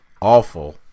awful